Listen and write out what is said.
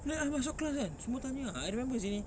then I masuk class kan semua tanya ah I remember seh